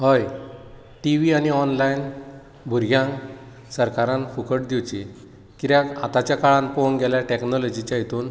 हय टीव्ही आनी ऑनलायन भुरग्यांक सरकारान फुकट दिवची कित्याक आताच्या काळांत पळोवंक गेल्यार टॅक्नोलोजीच्या हेतूंत